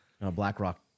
BlackRock